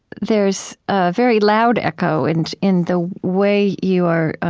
there's a very loud echo and in the way your i